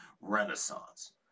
Renaissance